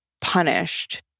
punished